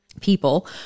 people